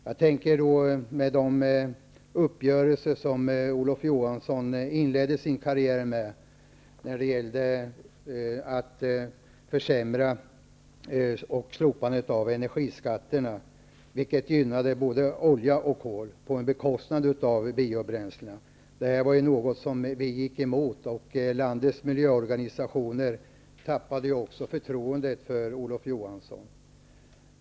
Jag tänker då på de uppgörelser som Olof Johansson inledde sin karriär med, dvs. försämringen och slopandet av energiskatterna, vilket gynnade både olja och kol på bekostnad av biobränslena. Det var något som vi gick emot. Landets miljöorganisationer tappade också förtroendet för Olof Johansson.